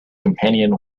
companion